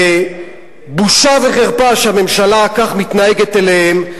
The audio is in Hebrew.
ובושה וחרפה שהממשלה כך מתנהגת אליהם,